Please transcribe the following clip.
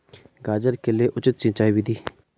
गाजर के लिए उचित सिंचाई विधि?